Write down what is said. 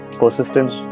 persistence